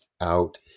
out